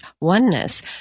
oneness